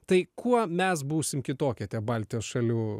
tai kuo mes būsim kitokie tie baltijos šalių